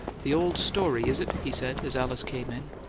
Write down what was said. the old story, is it? he said, as alice came in.